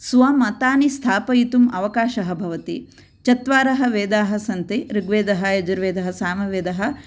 स्वमतानि स्थापयितुम् अवकाशः भवति चत्वारः वेदाः सन्ति ऋग्वेदः यजुर्वेदः सामवेदः